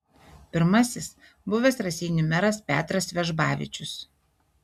pirmasis buvęs raseinių meras petras vežbavičius